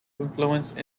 influence